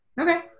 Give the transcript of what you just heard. Okay